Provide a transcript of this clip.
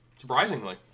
Surprisingly